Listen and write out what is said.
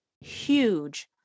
huge